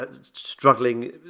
struggling